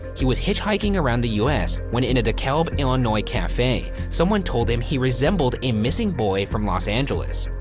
he was hitchhiking around the us when in a dekalb, illinois cafe, someone told him he resembled a missing boy from los angeles.